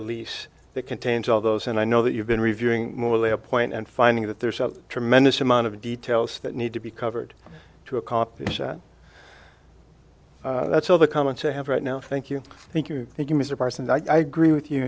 a lease that contains all those and i know that you've been reviewing morally a point and finding that there's a tremendous amount of details that need to be covered to accomplish that that's all the comments i have right now thank you thank you thank you mr parson i gree with you